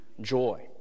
joy